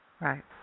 right